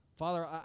Father